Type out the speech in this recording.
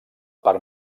part